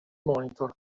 monitor